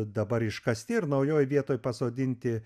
dabar iškasti ir naujoj vietoj pasodinti